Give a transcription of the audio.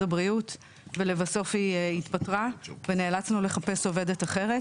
הבריאות ולבסוף היא התפטרה ונאלצנו לחפש עובדת אחרת.